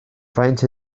faint